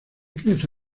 crece